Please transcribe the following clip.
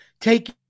Take